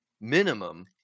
Minimum